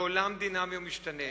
בעולם דינמי ומשתנה,